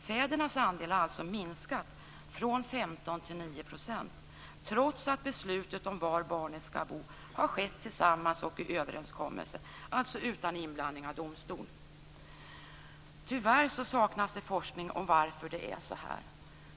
Fädernas andel har alltså minskat från 15 till 9 % trots att beslutet om var barnet skall bo har fattats tillsammans och i överenskommelse, dvs. utan inblandning av domstol. Tyvärr saknas det forskning om varför det är så här.